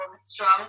strong